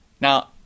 Now